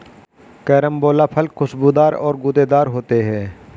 carambola फल खुशबूदार और गूदेदार होते है